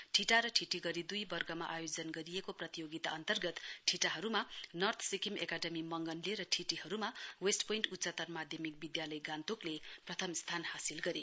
ठिटा र ठिटी गरी दुई वर्गमा आयोजन गरिएको प्रतियोगिता अन्तर्गत ठिटाहरूमा वर्थ सिक्किम एकाडमी मङ्गनले र ठिटीहरूमा बेस्ट पोइन्ट उच्चतर माध्यमिक विधालय गान्तोकले प्रथम स्थान हासिल गरे